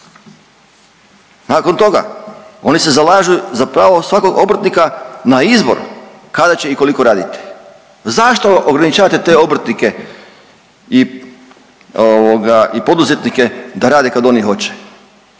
Nakon toga oni se zalažu za pravo svakog obrtnika na izbor kada će i koliko raditi. Zašto ograničavate te obrtnike i ovoga i poduzetnike da rade kad oni hoće.